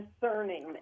discerning